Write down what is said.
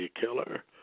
killer